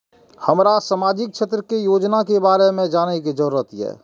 हमरा सामाजिक क्षेत्र के योजना के बारे में जानय के जरुरत ये?